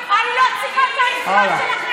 אני לא צריכה את העזרה שלכם.